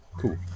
Cool